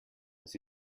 das